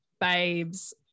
babes